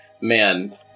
Man